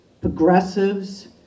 progressives